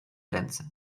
ręce